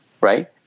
right